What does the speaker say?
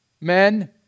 men